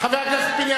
חבר הכנסת פיניאן,